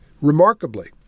remarkably